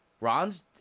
Ron's